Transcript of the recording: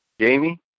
Jamie